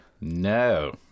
No